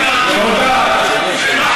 חוקים קיימים,